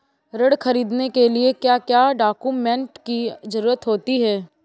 ऋण ख़रीदने के लिए क्या क्या डॉक्यूमेंट की ज़रुरत होती है?